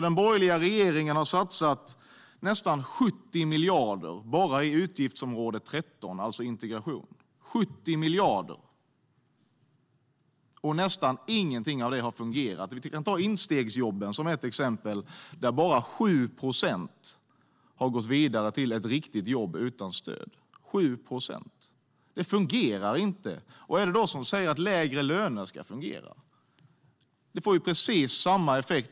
Den borgerliga regeringen satsade nästan 70 miljarder bara på utgiftsområde 13, det vill säga integration. Men nästan ingenting av det har fungerat. Vi kan ta instegsjobben som ett exempel. Bara 7 procent har gått vidare till ett riktigt jobb utan stöd. Det fungerar inte. Vad är det då som säger att lägre löner kommer att fungera? Det får precis samma effekt.